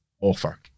offer